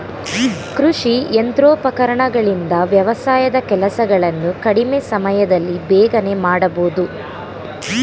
ಕೃಷಿ ಯಂತ್ರೋಪಕರಣಗಳಿಂದ ವ್ಯವಸಾಯದ ಕೆಲಸಗಳನ್ನು ಕಡಿಮೆ ಸಮಯದಲ್ಲಿ ಬೇಗನೆ ಮಾಡಬೋದು